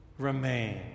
Remain